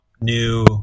new